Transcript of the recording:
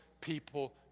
people